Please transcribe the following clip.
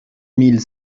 mille